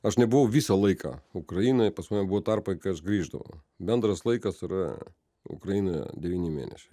aš nebuvau visą laiką ukrainoje pas mane buvo tarpai grįždavau bendras laikas yra ukrainoje devyni mėnesiai